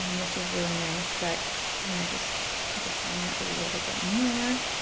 um which is really nice, but we're gonna just define it a little bit more.